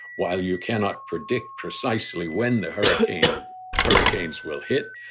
while you cannot predict precisely when the hurricane hurricanes will hit.